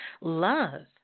love